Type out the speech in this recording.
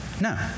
No